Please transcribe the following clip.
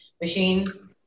machines